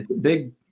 big